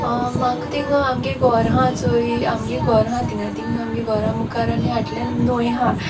म्हाक तींग आमगे घोर हां चोय आमगे घोर हां तिंगा तींग आमगे घोरा मुखार आनी हाटल्यान न्हूंय हा